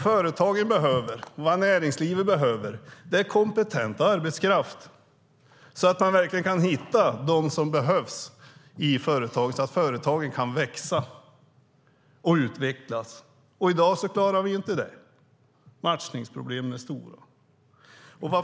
Företagen och näringslivet behöver kunna hitta kompetent arbetskraft så att företagen kan växa och utvecklas. Det klarar vi inte i dag. Matchningsproblemen är stora.